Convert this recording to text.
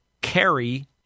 carry